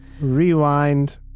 Rewind